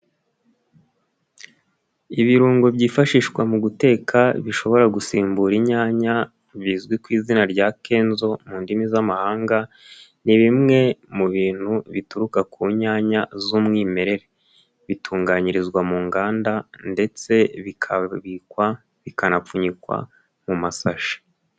Ibirungo byifashishwa mu guteka bishobora gusimbura inyanya, bizwi ku izina rya kenzo mu ndimi z'amahanga, ni bimwe mu bintu bituruka ku nyanya z'umwimerere, bitunganyirizwa mu nganda, ndetse bikabikwa bikanapfunyikwa mu masashi.